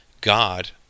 God